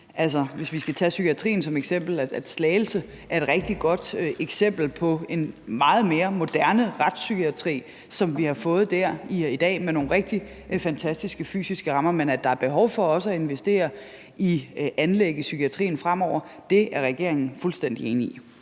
jo, hvis vi skal tage psykiatrien som eksempel, at Slagelse er et rigtig godt eksempel på en meget mere moderne retspsykiatri, som vi har fået der i dag, altså med nogle rigtig fantastiske fysiske rammer. Men at der er behov for også at investere i anlæg i psykiatrien fremover, er regeringen fuldstændig enig i.